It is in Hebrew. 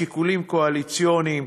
שיקולים קואליציוניים,